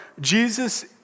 Jesus